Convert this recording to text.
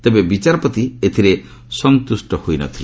ତେବେ ବିଚାରପତି ଏଥିରେ ସନ୍ତୁଷ୍ଟ ହୋଇ ନ ଥିଲେ